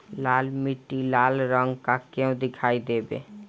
लाल मीट्टी लाल रंग का क्यो दीखाई देबे?